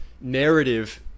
narrative